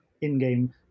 in-game